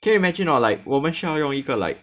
can you imagine 我 like 我们需要用一个 like